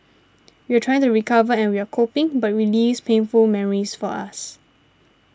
we're trying to recover and we're coping but relives painful memories for us